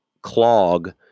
clog